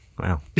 Wow